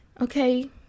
Okay